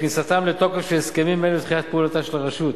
לכניסתם לתוקף של הסכמים אלה ולתחילת פעולתה של הרשות.